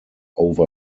over